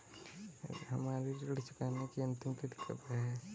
हमारी ऋण चुकाने की अंतिम तिथि कब है?